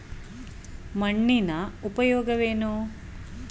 ಮಣ್ಣಿನ ಉಪಯೋಗವೇನು?